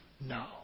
No